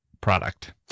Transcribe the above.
product